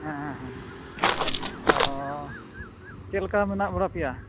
ᱦᱮᱸ ᱦᱮᱸ ᱚᱸᱻ ᱪᱮᱫ ᱞᱮᱠᱟ ᱢᱮᱱᱟᱜ ᱵᱟᱲᱟ ᱯᱮᱭᱟ